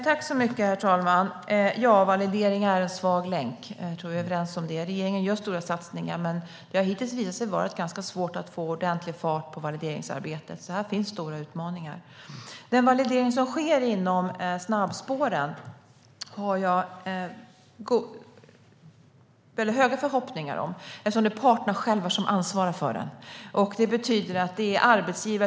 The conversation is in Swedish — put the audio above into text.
Herr talman! Validering är en svag länk. Jag tror att vi är överens om det. Regeringen gör stora satsningar, men det har hittills visat sig vara ganska svårt att få ordentlig fart på valideringsarbetet, så här finns stora utmaningar. Den validering som sker inom snabbspåren har jag höga förhoppningar om, eftersom det är parterna själva som ansvarar för den.